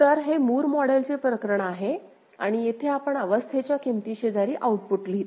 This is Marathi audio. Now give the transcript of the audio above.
तर हे मूर मॉडेलचे प्रकरण आहे आणि येथे आपण अवस्थेच्या किमती शेजारी आउटपुट लिहितो